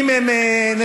אם הן נשואות,